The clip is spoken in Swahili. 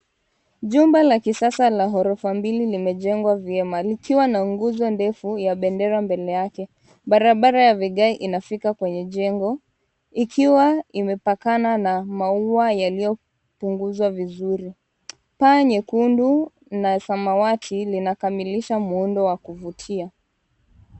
Jumba la kisasa la orofa mbili limejengwa vyema likiwa na nguzo ndefu ya bendera mbele yake. Barabara ya vigae inafika kwenye jengo ikiwa imepakana na maua yaliyopunguzwa vizuri. Paa nyekundu na samawati linakamilisha muundo wa kuvutia.